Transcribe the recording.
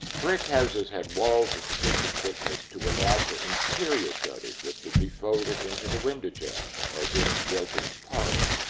brick houses had walls of sufficient thickness to allow for interior shutters that could be folded into the window jambs, as in wilton's parlor.